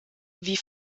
wie